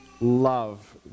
love